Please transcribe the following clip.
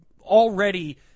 already